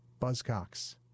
Buzzcocks